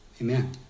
Amen